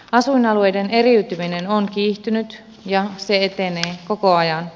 asuinalueiden eriytyminen on kiihtynyt ja se etenee koko ajan